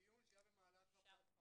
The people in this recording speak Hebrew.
אני רק בא ואומר: